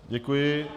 Děkuji.